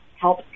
help